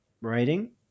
Writing